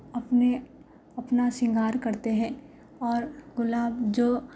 اپنے اپنا سنگار کرتے ہیں اور گلاب جو